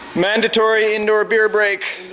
mandatory indoor beer break.